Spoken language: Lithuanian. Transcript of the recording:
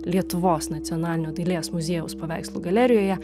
lietuvos nacionalinio dailės muziejaus paveikslų galerijoje